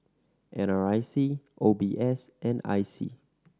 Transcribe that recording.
N R I C O B S and I C